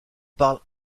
parle